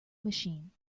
machine